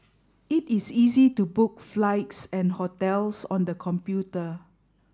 it is easy to book flights and hotels on the computer